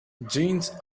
jeans